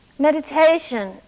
Meditation